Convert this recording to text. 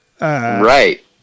right